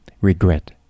regret